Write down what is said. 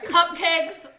Cupcakes